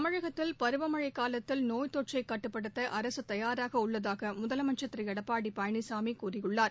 தமிழகத்தில் பருவமழைக் காலத்தில் நோய் தொற்றை கட்டுப்படுத்த அரசு தயாராக உள்ளதாக முலமைச்சா் திரு எடப்பாடி பழனிசாமி கூறியுள்ளார்